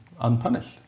unpunished